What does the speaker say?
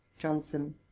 Johnson